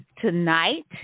Tonight